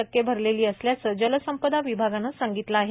टक्के भरलेली असल्याचे जलसंपदाविभागाने संगितले आहे